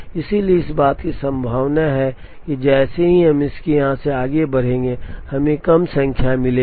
इसलिए इस बात की संभावना है कि जैसे ही हम यहां से आगे बढ़ेंगे हमें कम संख्या मिलेगी